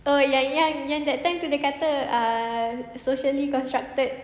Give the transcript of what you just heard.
oh yang yang that time tu dia kata ah socially constructed